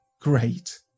Great